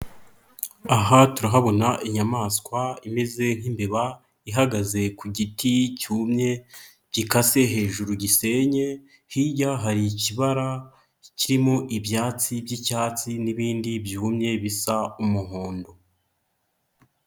Aha turahabona inyamaswa imeze nk'imbeba, ihagaze ku giti cyumye gikase hejuru gisenye, hirya hari ikibara kirimo ibyatsi by'icyatsi n'ibindi byumye bisa umuhondo.